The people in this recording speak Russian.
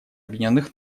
объединенных